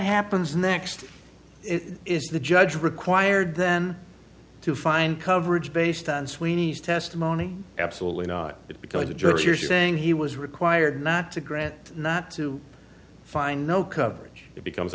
happens next is the judge required then to find coverage based on sweeney's testimony absolutely not because the judge you're saying he was required not to grant not to find no coverage it becomes